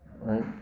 right